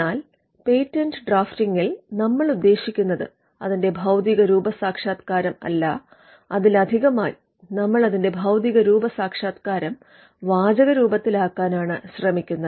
എന്നാൽ പേറ്റന്റ് ഡ്രാഫ്റ്റിംഗിൽ നമ്മൾ ഉദ്ദേശിക്കുന്നത് അതിന്റെ ഭൌതികരൂപസാക്ഷാത്കാരം അല്ല അതിലധികമായി നമ്മൾ അതിന്റെ ഭൌതികരൂപസാക്ഷാത്കാരം വാചക രൂപത്തിലാക്കാനാണ് ശ്രമിക്കുന്നത്